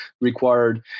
required